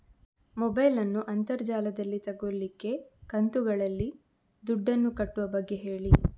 mobile ನ್ನು ಅಂತರ್ ಜಾಲದಲ್ಲಿ ತೆಗೋಲಿಕ್ಕೆ ಕಂತುಗಳಲ್ಲಿ ದುಡ್ಡನ್ನು ಕಟ್ಟುವ ಬಗ್ಗೆ ಹೇಳಿ